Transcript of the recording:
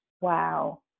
wow